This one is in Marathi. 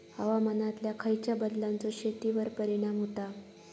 हवामानातल्या खयच्या बदलांचो शेतीवर परिणाम होता?